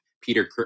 Peter